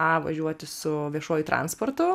a važiuoti su viešuoju transportu